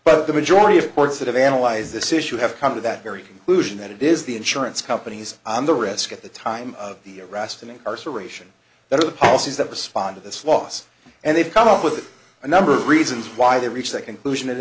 but the majority of courts that have analyzed this issue have come to that very conclusive that it is the insurance companies the risk at the time of the arrest and incarceration that are the policies that respond to this loss and they've come up with a number of reasons why they reach that conclusion